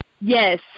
Yes